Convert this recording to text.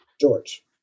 George